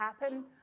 happen